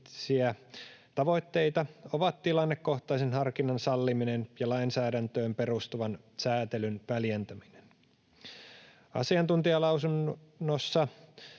tavoitteita on tilannekohtaisen harkinnan salliminen ja lainsäädäntöön perustuvan sääntelyn väljentäminen. Asiantuntijalausunnossa